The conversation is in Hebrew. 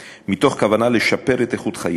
מתוך כוונה לשפר את איכות חייהם,